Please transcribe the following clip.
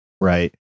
Right